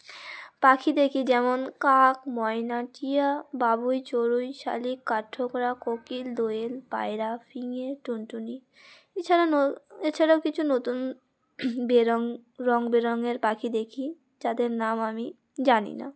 পাখি দেখি যেমন কাক ময়না টিয়া বাবুই চড়ুই শালিক কাঠ ঠোকরা কোকিল দোয়েল পায়রা ফিঙে টুনটুনি এছাড়া ন এছাড়াও কিছু নতুন বেরং রঙ বেরঙের পাখি দেখি যাদের নাম আমি জানি না